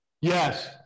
Yes